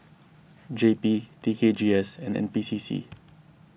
J P T K G S and N P C C